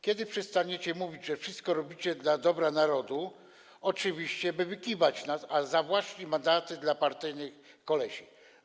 Kiedy przestaniecie mówić, że wszystko robicie dla dobra narodu, oczywiście by wykiwać nas, a zawłaszczyć mandaty dla partyjnych kolesi?